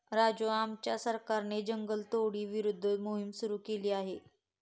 राजू आमच्या सरकारने जंगलतोडी विरोधात मोहिम सुरू केली आहे